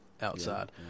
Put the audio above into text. outside